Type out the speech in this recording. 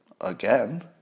again